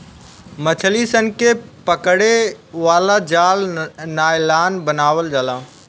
मछली सन के पकड़े वाला जाल नायलॉन बनावल जाला